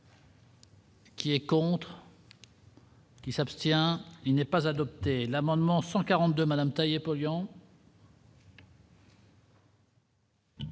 Qui est contre. Qui s'abstient, il n'est pas adopté l'amendement 142 Madame taillé polluant.